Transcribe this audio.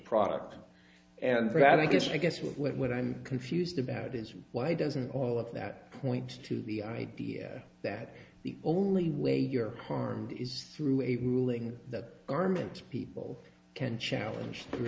products and for that i guess i guess what i'm confused about is why doesn't all of that points to the idea that the only way you're harmed is through a ruling that are meant people can challenge three